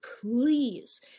please